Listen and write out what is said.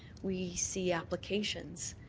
we see applications,